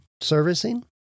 servicing